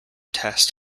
test